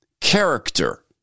character